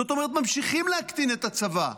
זאת אומרת, ממשיכים להקטין את הצבא.